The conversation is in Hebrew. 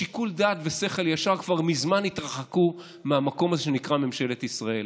שיקול דעת ושכל ישר כבר מזמן התרחקו מהמקום הזה שנקרא ממשלת ישראל.